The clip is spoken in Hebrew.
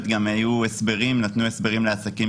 אבל כל האירוע פה הוא בהסכמה.